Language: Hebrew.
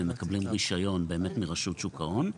הם מקבלים רישיון מרשות שוק ההון,